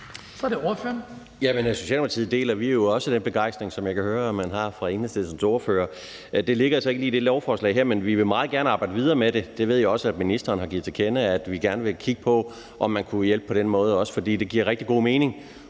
Så er det ordføreren.